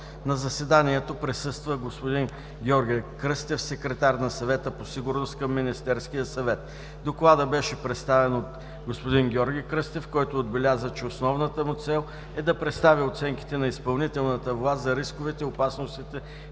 На заседанието присъства господин Георги Кръстев – секретар на Съвета по сигурността към Министерския съвет. Докладът беше представен от господин Георги Кръстев, който отбеляза, че основната му цел е да представи оценките на изпълнителната власт за рисковете, опасностите